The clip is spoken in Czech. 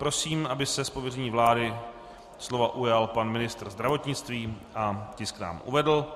Prosím, aby se z pověření vlády slova ujal pan ministr zdravotnictví a tisk nám uvedl.